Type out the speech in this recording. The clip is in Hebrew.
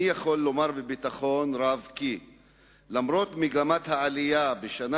אני יכול לומר בביטחון רב כי למרות מגמת העלייה בשנה